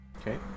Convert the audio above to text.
Okay